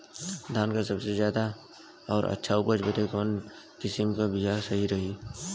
धान क सबसे ज्यादा और अच्छा उपज बदे कवन किसीम क बिया सही रही?